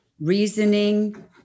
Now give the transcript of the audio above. reasoning